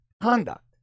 conduct